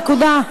נקודה.